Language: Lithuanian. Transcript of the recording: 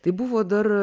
tai buvo dar